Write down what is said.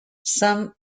some